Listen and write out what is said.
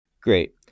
Great